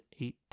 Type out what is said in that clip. eight